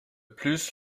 plus